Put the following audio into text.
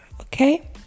okay